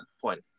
point